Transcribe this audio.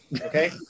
Okay